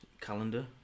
calendar